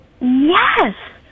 Yes